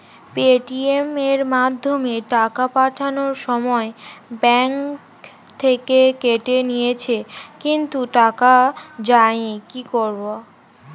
Paytm এর মাধ্যমে টাকা পাঠানোর সময় ব্যাংক থেকে কেটে নিয়েছে কিন্তু টাকা যায়নি কি করব?